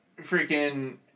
freaking